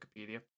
Wikipedia